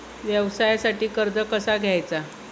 व्यवसायासाठी कर्ज कसा घ्यायचा?